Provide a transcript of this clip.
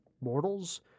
mortals